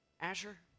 Asher